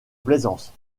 plaisance